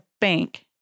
bank